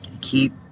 Keep